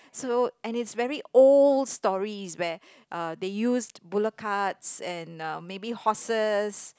so and it's very old stories where uh they used bullock carts and um maybe horses